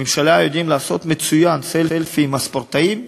בממשלה יודעים לעשות מצוין סלפי עם הספורטאים,